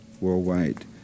worldwide